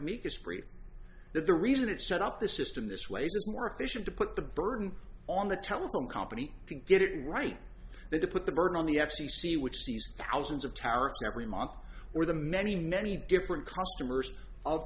amicus brief that the reason it set up the system this way is more efficient to put the burden on the telephone company to get it right than to put the burden on the f c c which sees thousands of towers every month or the many many different customers o